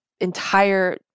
entire